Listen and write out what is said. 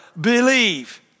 believe